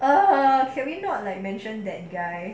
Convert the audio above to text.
(uh huh) can we not like mentioned that guy